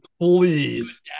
Please